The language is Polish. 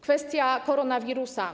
Kwestia koronawirusa.